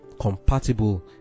compatible